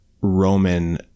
Roman